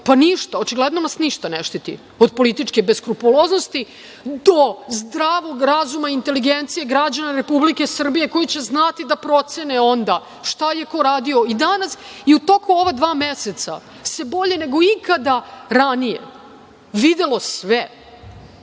Pa, ništa, očigledno nas ništa ne štiti od političke beskrupuloznosti, do zdravog razuma i inteligencije građana Republike Srbije koji će znati da procene onda šta je ko radio, jer se i danas i u toku ova dva meseca bolje nego ikada ranije videlo sve,